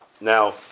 Now